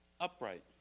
upright